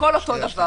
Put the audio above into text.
הכול אותו דבר.